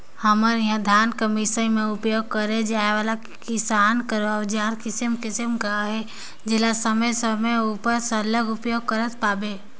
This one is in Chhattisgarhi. हमर इहा धान कर मिसई मे उपियोग करे जाए वाला किसानी कर अउजार किसिम किसिम कर अहे जेला समे समे उपर सरलग उपियोग करत पाबे